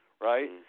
right